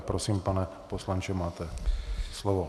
Prosím, pane poslanče, máte slovo.